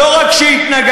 לא רק שהתנגדתי,